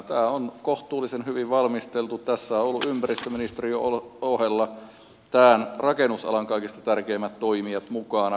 tämä on kohtuullisen hyvin valmisteltu tässä on ollut ympäristöministeriön ohella tämän rakennusalan kaikista tärkeimmät toimijat mukana